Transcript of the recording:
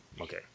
Okay